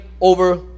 over